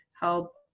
help